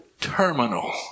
terminal